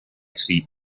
seat